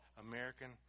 American